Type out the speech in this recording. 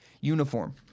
uniform